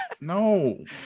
no